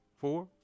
four